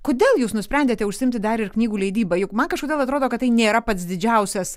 kodėl jūs nusprendėte užsiimti dar ir knygų leidyba juk man kažkodėl atrodo kad tai nėra pats didžiausias